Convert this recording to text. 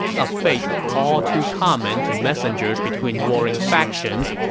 a fate all too common to messengers between warring factions,